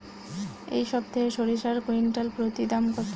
এই সপ্তাহে সরিষার কুইন্টাল প্রতি দাম কত?